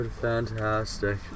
fantastic